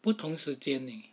不同时间 leh